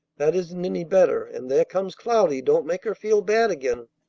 that isn't any better and there comes cloudy. don't make her feel bad again.